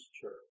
Church